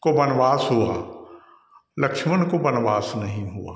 को वनवास हुआ लक्ष्मण को वनवास नहीं हुआ